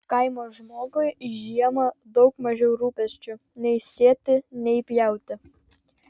kaimo žmogui žiemą daug mažiau rūpesčių nei sėti nei pjauti